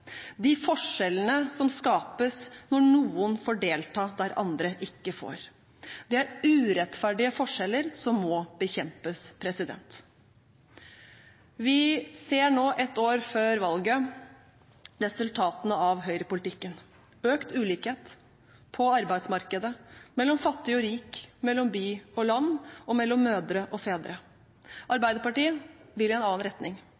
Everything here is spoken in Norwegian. de forskjellene som skapes når noen får delta der andre ikke får. Det er urettferdige forskjeller som må bekjempes. Vi ser nå, ett år før valget, resultatene av høyrepolitikken: økt ulikhet på arbeidsmarkedet, mellom fattig og rik, mellom by og land, og mellom mødre og fedre. Arbeiderpartiet vil i en annen retning.